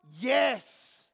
Yes